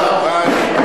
חבר הכנסת רותם,